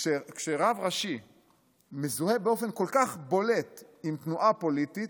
כשרב ראשי מזוהה באופן כל כך בולט עם תנועה פוליטית,